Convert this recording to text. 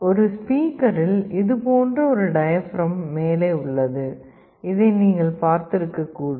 ஒரு ஸ்பீக்கரில் இது போன்ற ஒரு டயப்ரம் மேலே உள்ளது இதை நீங்கள் பார்த்திருக்க கூடும்